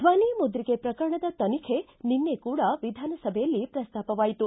ದ್ದನಿ ಮುದ್ರಿಕೆ ಪ್ರಕರಣದ ತನಿಖೆ ನಿನ್ನೆ ಕೂಡ ವಿಧಾನಸಭೆಯಲ್ಲಿ ಪ್ರಸ್ತಾಪವಾಯಿತು